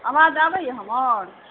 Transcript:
आवाज आबैया हमर